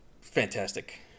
fantastic